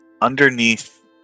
Underneath